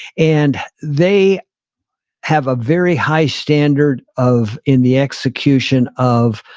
and they have a very high standard of in the execution of